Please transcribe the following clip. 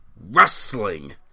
wrestling